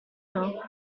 know